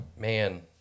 man